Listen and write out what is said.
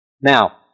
Now